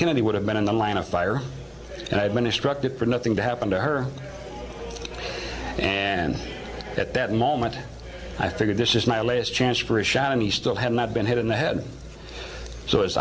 kennedy would have been in the line of fire had been a struct a for nothing to happen to her and at that moment i figured this is my last chance for a shot and he still had not been hit in the head so